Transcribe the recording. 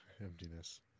Emptiness